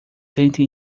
tente